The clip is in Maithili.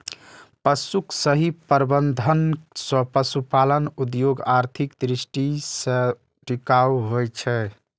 पशुक सही प्रबंधन सं पशुपालन उद्योग आर्थिक दृष्टि सं टिकाऊ होइ छै